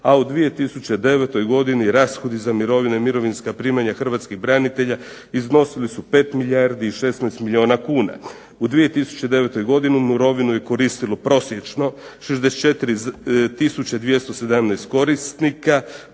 a u 2009. godini rashodi za mirovine i mirovinska primanja hrvatskih branitelja iznosili su 5 milijardi i 16 milijuna kuna. U 2009. godini mirovinu je koristilo prosječno 64 tisuće 217 korisnika,